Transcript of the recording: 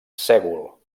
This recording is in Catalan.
sègol